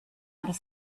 other